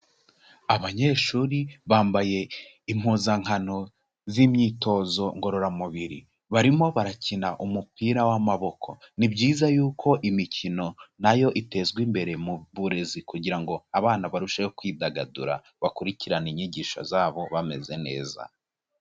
Abanyeshuri bambaye impuzankano z'imyitozo ngororamubiri, barimo barakina umupira w'amaboko, ni byiza yuko imikino nayo itezwa imbere mu burezi kugira ngo abana barusheho kwidagadura bakurikirana inyigisho zabo bameze neza.